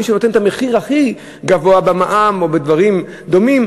מי שנותן את המחיר הכי גבוה במע"מ או בדברים דומים,